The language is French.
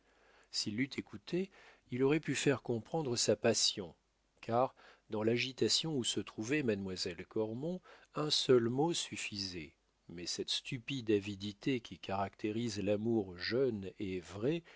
s'il l'eût écoutée il aurait pu faire comprendre sa passion car dans l'agitation où se trouvait mademoiselle cormon un seul mot suffisait mais cette stupide avidité qui caractérise l'amour jeune et vrai